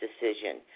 decision